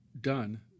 done